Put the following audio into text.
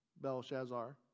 Belshazzar